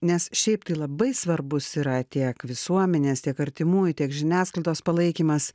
nes šiaip tai labai svarbus yra tiek visuomenės tiek artimųjų tiek žiniasklaidos palaikymas